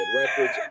records